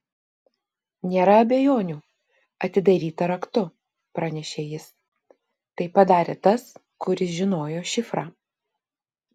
nėra abejonių atidaryta raktu pranešė jis tai padarė tas kuris žinojo šifrą